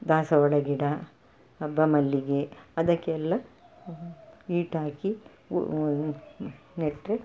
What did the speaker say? ದಾಸವಾಳ ಗಿಡ ಹಬ್ಬ ಮಲ್ಲಿಗೆ ಅದಕ್ಕೆಲ್ಲ ಈಟಾಕಿ ನೆಟ್ಟರೆ